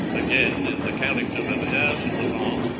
again, in the character of heir to the farm,